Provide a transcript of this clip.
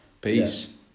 Peace